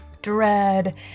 dread